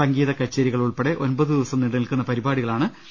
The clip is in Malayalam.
സംഗീത കച്ചേരികൾ ഉൾപ്പെടെ ഒമ്പതു ദിവസം നീണ്ടുനിൽക്കുന്ന പരിപാടികളാണ് നടക്കുക